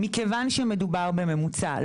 מכיוון שמדובר בממוצע,